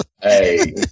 Hey